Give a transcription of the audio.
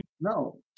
No